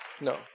No